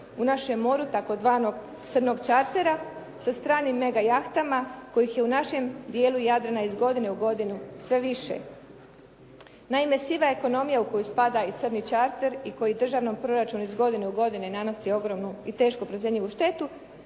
u našem moru tzv. "Crnog čartera" sa stranim mega jahtama koji u našem djelu Jadrana iz godine u godinu sve više. Naime, siva ekonomija u koju spada i "Crni čarter" i koji državnom proračunu iz godine u godinu nanosi ogromnu i teško procjenjivu štetu,